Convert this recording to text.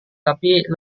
tapi